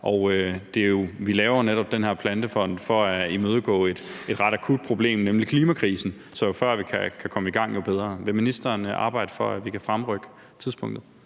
Vi laver jo netop den her Plantefond for at imødegå et ret akut problem, nemlig klimakrisen, så jo før vi kan komme i gang, jo bedre. Vil ministeren arbejde for, at vi kan fremrykke tidspunktet?